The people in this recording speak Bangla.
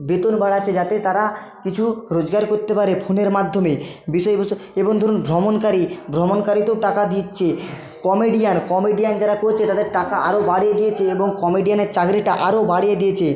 বেতন বাড়াচ্ছে যাতে তারা কিছু রোজগার করতে পারে ফোনের মাধ্যমে বিশেষ বিশেষ যেমন ধরুন ভ্রমণকারী ভ্রমণকারীতেও টাকা দিচ্ছে কমেডিয়ান কমেডিয়ান যারা করছে তাদের টাকা আরও বাড়িয়ে দিয়েছে এবং কমেডিয়ানের চাকরিটা আরও বাড়িয়ে দিয়েছে